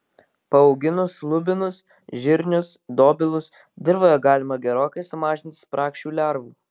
paauginus lubinus žirnius dobilus dirvoje galima gerokai sumažinti spragšių lervų